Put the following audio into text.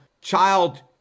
child